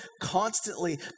constantly